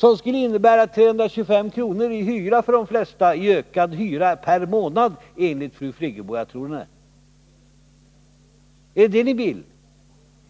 vilket skulle innebära 325 kr. i ökad hyra per månad för de flesta enligt fru Friggebo — och jag tror henne. Är det det ni vill åstadkomma?